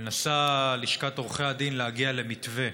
מנסה לשכת עורכי הדין להגיע למתווה.